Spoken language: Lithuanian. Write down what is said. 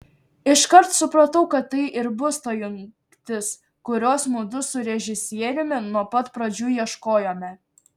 iškart supratau kad tai ir bus ta jungtis kurios mudu su režisieriumi nuo pat pradžių ieškojome